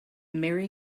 merry